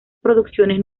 producciones